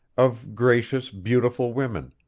of gracious, beautiful women,